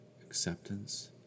acceptance